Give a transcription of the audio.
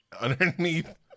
Underneath